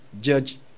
judge